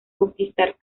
conquistar